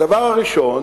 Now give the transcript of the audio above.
הדבר הראשון,